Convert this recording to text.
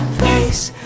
face